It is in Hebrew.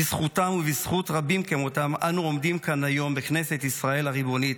בזכותם ובזכות רבים כמותם אנו עומדים כאן היום בכנסת ישראל הריבונית,